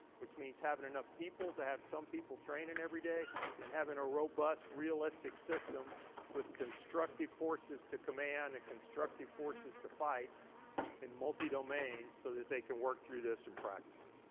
which means having enough people to have some people training every day and having a robust realistic system with constructive forces to command and constructive forces to fight in multi-domains so that they can work through this and practice it.